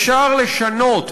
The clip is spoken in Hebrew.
אפשר לשנות,